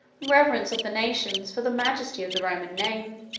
reverence of the nations for the majesty of the roman name.